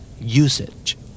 Usage